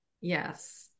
Yes